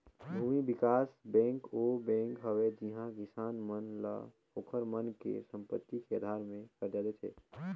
भूमि बिकास बेंक ओ बेंक हवे जिहां किसान मन ल ओखर मन के संपति के आधार मे करजा देथे